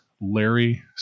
Larry